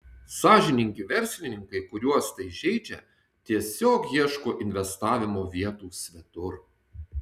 sąžiningi verslininkai kuriuos tai žeidžia tiesiog ieško investavimo vietų svetur